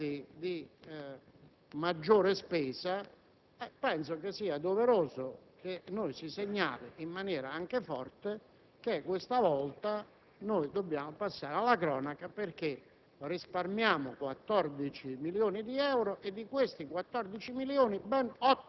Siccome siamo sempre portati alla cronaca per gli aspetti di maggiore spesa, penso sia doveroso che segnaliamo in maniera anche forte che questa volta dobbiamo passare alla cronaca perché